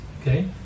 Okay